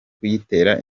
kuyitera